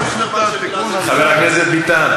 חבר הכנסת ביטן,